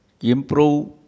improve